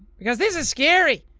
because this is scary.